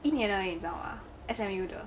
一年而已你知道吗 S_M_U 的